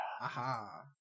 Aha